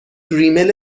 ریمیل